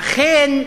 ולכן,